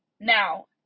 Now